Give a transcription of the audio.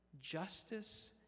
justice